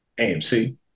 AMC